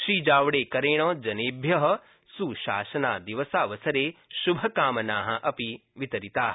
श्रीजावडेकरेण जनेभ्य सुशासनदिवसावसरे श्भकामना अपि वितरिता